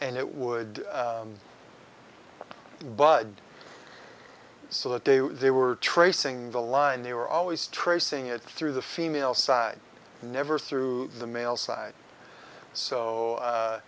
and it would but so that they they were tracing the line they were always tracing it through the female side never through the male side so